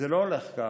זה לא הולך כך.